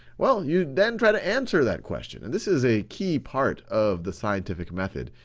well, you then to answer that question, and this is a key part of the scientific method,